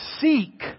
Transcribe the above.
seek